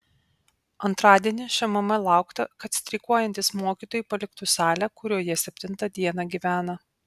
antradienį šmm laukta kad streikuojantys mokytojai paliktų salę kurioje septinta diena gyvena